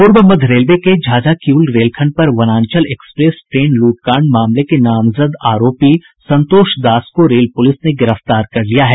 पूर्व मध्य रेलवे के झाझा किऊल रेलखंड पर वनांचल एक्सप्रेस ट्रेन लूटकांड मामले के नामजद आरोपी संतोष दास को रेल पुलिस ने गिरफ्तार कर लिया है